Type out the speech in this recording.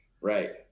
Right